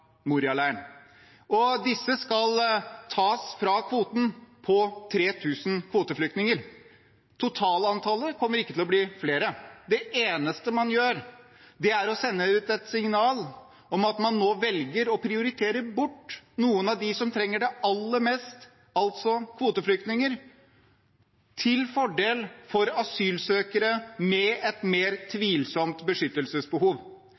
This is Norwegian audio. og disse skal tas fra kvoten på 3 000 kvoteflyktninger. Totalantallet kommer ikke til å bli høyere. Det eneste man gjør, er å sende ut et signal om at man nå velger å prioritere bort noen av dem som trenger det aller mest, altså kvoteflyktninger, til fordel for asylsøkere med et mer tvilsomt beskyttelsesbehov.